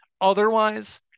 Otherwise